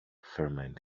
ferment